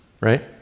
right